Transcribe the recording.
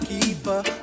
Keeper